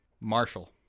Marshall